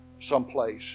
someplace